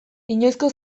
inoizko